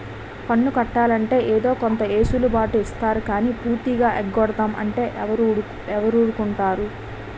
పన్ను కట్టాలంటే ఏదో కొంత ఎసులు బాటు ఇత్తారు గానీ పూర్తిగా ఎగ్గొడతాం అంటే ఎవడూరుకుంటాడు